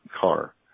car